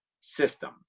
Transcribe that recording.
system